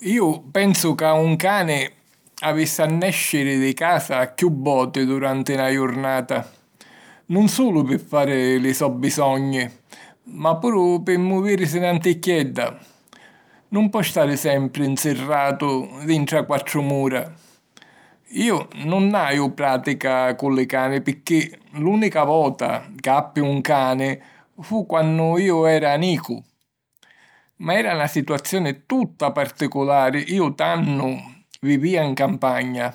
Iu pensu ca un cani avissi a nèsciri di casa chiù voti duranti na jurnata. Nun sulu pi fari li so' bisogni ma puru pi muvìrisi nanticchiedda. Nun po stari sempri nsirratu dintra quattru mura! Iu nun haju pràtica cu li cani picchì l'ùnica vota ca appi un cani fu quannu iu era nicu. Ma era na situazioni tutta particulari: iu tannu vivìa 'n campagna